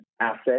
asset